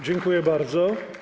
Dziękuję bardzo.